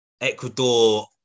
Ecuador